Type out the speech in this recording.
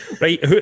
Right